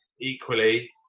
equally